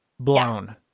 Blown